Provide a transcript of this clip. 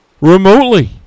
Remotely